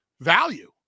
value